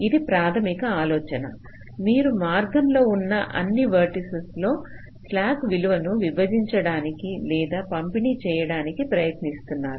ఇది ప్రాథమిక ఆలోచన మీరు మార్గంలో ఉన్న అన్ని వేర్టిసస్ లో స్లాక్ విలువను విభజించడానికి లేదా పంపిణీ చేయడానికి ప్రయత్నిస్తున్నారు